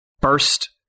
burst